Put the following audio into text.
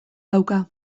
dauka